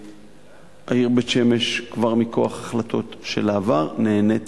העיר בית-שמש, מכוח החלטות של העבר, נהנית